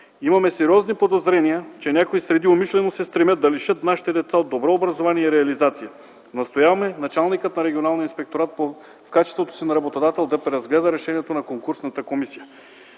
Имаме сериозно подозрение, че някои среди умишлено се стремят да лишат нашите деца от добро образование и реализация. Настояваме началникът на регионалния инспекторат в качеството си на работодател да преразгледа решението на конкурсната комисия.”